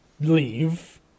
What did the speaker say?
leave